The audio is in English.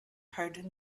heard